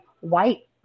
white